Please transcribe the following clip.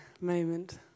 moment